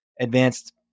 advanced